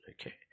Okay